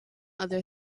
other